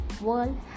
World